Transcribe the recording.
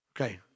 Okay